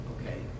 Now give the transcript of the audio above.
Okay